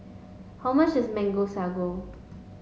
how much is Mango Sago